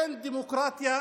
אין דמוקרטיה